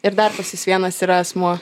ir dar pas jūs vienas yra asmuo